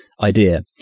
idea